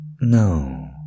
No